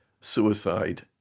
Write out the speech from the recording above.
suicide